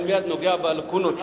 אני מייד נוגע בלקונות שלה.